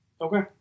Okay